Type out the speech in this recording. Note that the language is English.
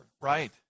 Right